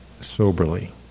soberly